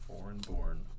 Foreign-born